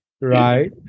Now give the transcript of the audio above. right